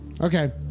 Okay